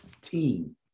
Team